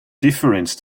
difference